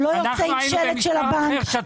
אנחנו היינו במשטר אחר ושתקנו.